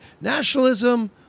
Nationalism